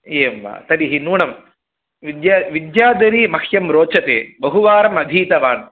एवं वा तर्हि नूनं विद्या विद्याधरी मह्यं रोचते बहुवारम् अधीतवान्